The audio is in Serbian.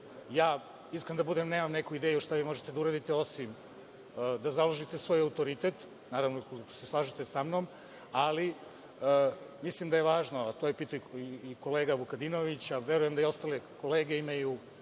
Iskren da budem, nemam neku ideju šta vi možete da uraditi, osim da založite svoj autoritet, naravno, ako se slažete sa mnom, ali mislim da je važno, a to je pitao i kolega Vukadinović, a verujem da i ostale kolege imaju